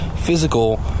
physical